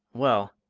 well,